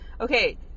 Okay